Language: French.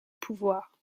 pouvoir